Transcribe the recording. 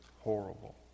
horrible